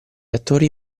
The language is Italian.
attori